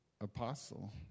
Apostle